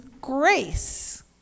grace